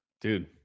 dude